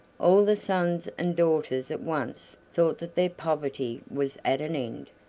all the sons and daughters at once thought that their poverty was at an end,